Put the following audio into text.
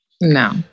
No